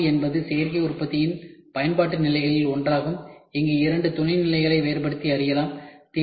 முன்மாதிரி என்பது சேர்க்கை உற்பத்தியின் பயன்பாட்டு நிலைகளில் ஒன்றாகும் அங்கு இரண்டு துணை நிலைகளை வேறுபடுத்தி அறியலாம்